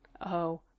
Oh